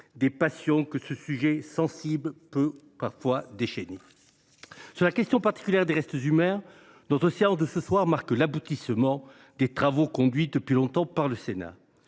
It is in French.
des passions que ce sujet sensible peut parfois déchaîner. Sur la question particulière des restes humains, notre séance de ce soir marque l’aboutissement des travaux conduits depuis longtemps par le Sénat.